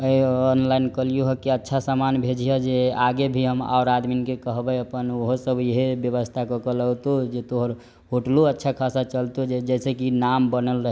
online केलियौ हऽ की अच्छा समान भेजिहऽ जे आगे भी हम आओर आदमीके कहबै अपन ओहो सब ईहे व्यवस्था कऽ कऽ लौतौ जे तोहर होटलो अच्छा खासा चलतौ जइसँ की नाम बनल रह